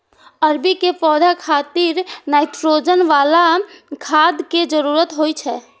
अरबी के पौधा खातिर नाइट्रोजन बला खाद के जरूरत होइ छै